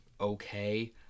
okay